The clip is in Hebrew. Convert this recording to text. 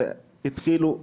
כולם רדפו אחרינו,